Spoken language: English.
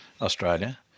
Australia